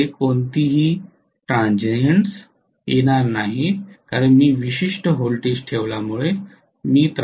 माझ्याकडे कोणतेही ट्रान्झिएंट येणार नाहीत कारण मी विशिष्ट व्होल्टेज ठेवल्यामुळे मी त्याला अडथळा आणत नाही